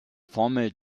formel